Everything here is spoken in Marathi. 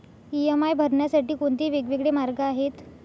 इ.एम.आय भरण्यासाठी कोणते वेगवेगळे मार्ग आहेत?